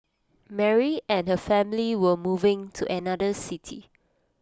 Mary and her family were moving to another city